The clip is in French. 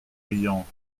riant